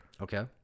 Okay